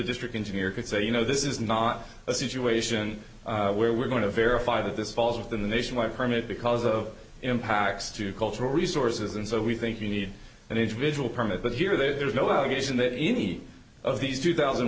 district engineer could say you know this is not a situation where we're going to verify that this falls into the nationwide permit because of impacts to cultural resources and so we think we need an individual permit but here there is no allegation that any of these two thousand